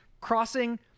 crossing